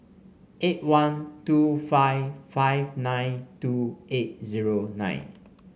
eight one two five five nine two eight zero nine